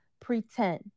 pretend